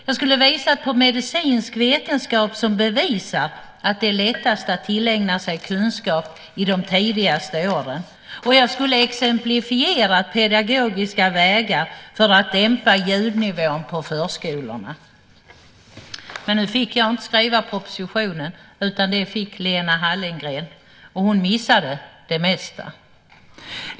Jag skulle ha visat på medicinsk vetenskap som bevisar att det är lättast att tillägna sig kunskap i de tidigaste åren, och jag skulle ha exemplifierat pedagogiska vägar för att dämpa ljudnivån på förskolorna. Men nu fick jag inte skriva propositionen, utan det fick Lena Hallengren göra, och hon missade det mesta.